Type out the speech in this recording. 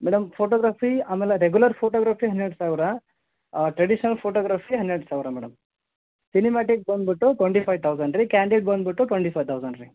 madam photography ಆಮೇಲೆ regular photography ಹನ್ನೆರಡು ಸಾವಿರ ಟ್ರೆಡಿಷ್ನಲ್ ಫೋಟೋಗ್ರಾಫಿ ಹನ್ನೆರಡು ಸಾವಿರ ಮೇಡಮ್ ಸಿನಿಮ್ಯಾಟಿಕ್ ಬಂದುಬಿಟ್ಟು ಟೊಂಟಿ ಫೈ ತೌಸಂಡ್ ರೀ ಕ್ಯಾಂಡಿಡ್ ಬಂದುಬಿಟ್ಟು ಟ್ವೆಂಟಿ ಫೈ ತೌಸಂಡ್ ರೀ